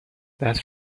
دست